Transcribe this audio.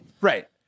Right